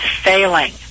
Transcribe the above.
failing